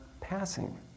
passing